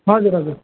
हजुर हजुर